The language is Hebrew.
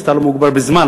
הסגן לא מוגבל בזמן,